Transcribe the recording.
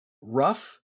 rough